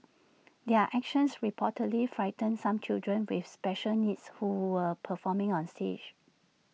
their actions reportedly frightened some children with special needs who were performing on stage